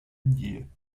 dia